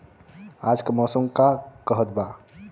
आज क मौसम का कहत बा?